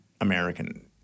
American